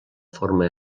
forma